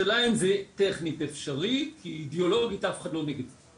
שיהיה אפשר לקדם את כל הנושא של יחידות הדיור שם.